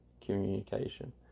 communication